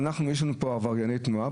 שיש עברייני תנועה,